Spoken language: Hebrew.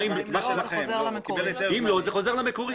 אם לא, זה חוזר למקורי.